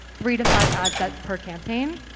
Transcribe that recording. three to five ad sets per campaign.